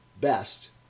best